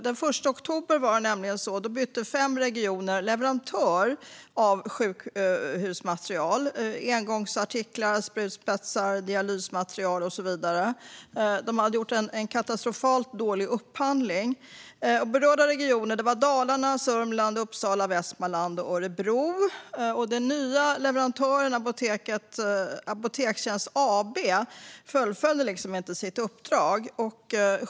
Den 1 oktober var det nämligen så att fem regioner bytte leverantör av sjukhusmaterial. Det gällde engångsartiklar, sprutspetsar, dialysmaterial och så vidare. De hade gjort en katastrofalt dålig upphandling. Berörda regioner var Dalarna, Sörmland, Uppsala, Västmanland och Örebro. Den nya leverantören, Apotekstjänst AB, fullföljde inte sitt uppdrag.